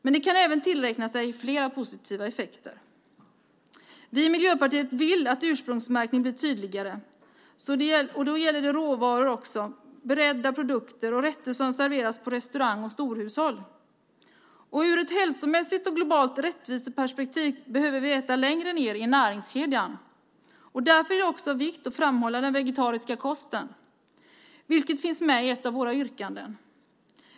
Den kan även tillräkna sig flera andra positiva effekter. Vi i Miljöpartiet vill att ursprungsmärkningen blir tydligare och att den också ska gälla råvaror, beredda produkter och rätter som serveras på restaurang och i storhushåll. Ur ett hälsomässigt och globalt rättviseperspektiv behöver vi också äta längre ned i näringskedjan. Därför är det av vikt att framhålla den vegetariska kosten. Detta finns med i en av våra reservationer.